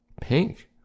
Pink